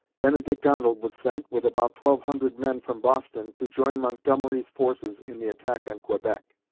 benedict arnold was sent, with about twelve hundred men from boston, to join montgomery's forces in the attack on quebec.